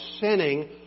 sinning